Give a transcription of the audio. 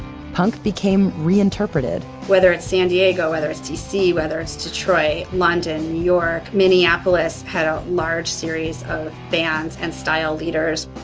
punk became reinterpreted whether it's san diego, whether its dc, whether it's detroit, london, new york, minneapolis, had a large series of bands and style leaders.